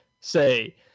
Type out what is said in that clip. say